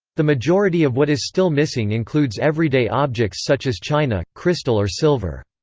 the majority of what is still missing includes everyday objects such as china, crystal or silver.